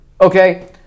Okay